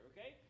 Okay